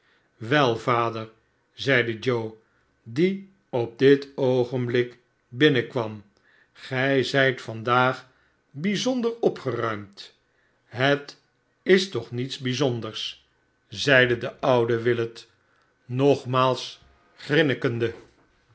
wel vader zeide joe die op dit oogenblik binnenkwam gi zijt vandaag bijzonder opgeruimd het is toch niets bijzonders barnaby rudde zeide de oude willet nogmaals